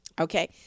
Okay